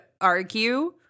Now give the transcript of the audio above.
argue